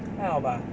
还好吧